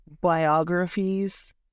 biographies